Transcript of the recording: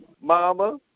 Mama